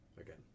Again